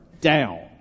down